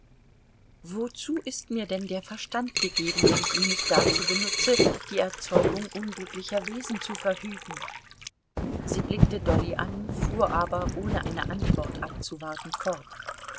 wozu ist mir denn der verstand gegeben wenn ich ihn nicht dazu benutze die erzeugung unglücklicher wesen zu verhüten sie blickte dolly an fuhr aber ohne eine antwort abzuwarten fort